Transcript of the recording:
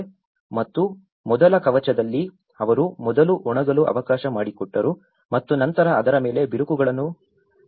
ಮತ್ತು ಮೊದಲ ಕವಚದಲ್ಲಿ ಅವರು ಮೊದಲು ಒಣಗಲು ಅವಕಾಶ ಮಾಡಿಕೊಟ್ಟರು ಮತ್ತು ನಂತರ ಅದರ ಮೇಲೆ ಬಿರುಕುಗಳು ಕಾಣಿಸಿಕೊಂಡವು